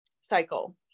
cycle